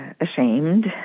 ashamed